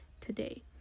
today